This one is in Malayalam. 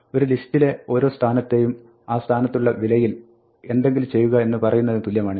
ഒരു ലിസ്റ്റിലെ ഓരോ സ്ഥാനത്തെയും ആ സ്ഥാനത്തുള്ള വിലയിൽ എന്തെങ്കിലും ചെയ്യുക എന്ന് പറയുന്നതിന് തുല്യമാണിത്